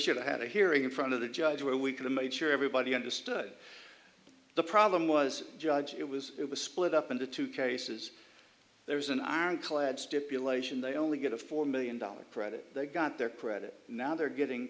should have a hearing in front of the judge where we could make sure everybody understood the problem was judge it was it was split up into two cases there was an ironclad stipulation they only got a four million dollars credit they got their credit now they're getting